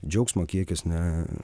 džiaugsmo kiekis na